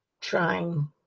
trying